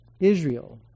Israel